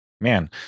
man